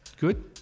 Good